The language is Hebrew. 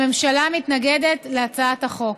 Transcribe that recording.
הממשלה מתנגדת להצעת החוק.